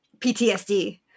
PTSD